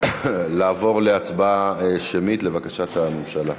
לעבור להצבעה שמית, לבקשת הממשלה.